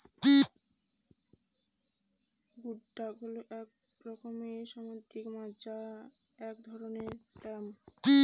গুই ডাক হল এক রকমের সামুদ্রিক মাছ বা এক ধরনের ক্ল্যাম